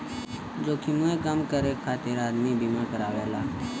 जोखिमवे कम करे खातिर आदमी बीमा करावेला